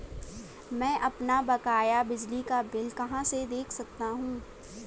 मैं अपना बकाया बिजली का बिल कहाँ से देख सकता हूँ?